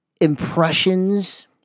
impressions